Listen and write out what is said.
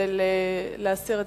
להסיר מסדר-היום.